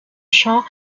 chant